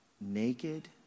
naked